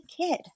kid